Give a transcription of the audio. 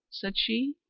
said she.